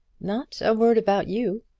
not a word about you.